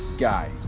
guy